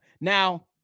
Now